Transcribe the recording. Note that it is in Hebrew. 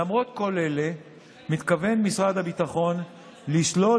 למרות כל אלה מתכוון משרד הביטחון לשלול